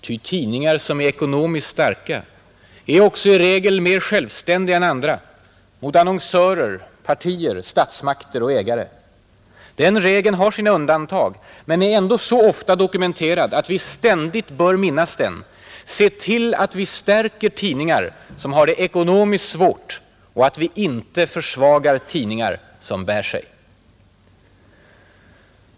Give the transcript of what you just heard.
Ty tidningar som är ekonomiskt starka är också i regel mer självständiga än andra: mot annonsörer, partier, statsmakter och ägare. Den regeln har sina undantag men är ändå så ofta dokumenterad att vi ständigt bör minnas den: Se till att vi stärker tidningar som har det ekonomiskt svårt och att vi inte försvagar tidningar som bär sig.